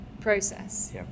process